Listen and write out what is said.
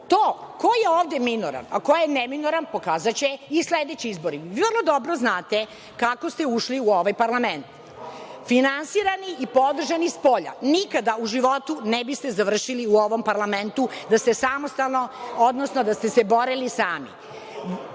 ko je ovde minoran a ko je neminoran, pokazaće i sledeći izbori. Vrlo dobro znate kako ste ušli u ovaj parlament. Finansirani i podržani spolja. Nikada u životu ne biste završili u ovom parlamentu da ste se borili